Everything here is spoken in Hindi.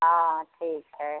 हाँ ठीक है